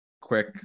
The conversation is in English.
quick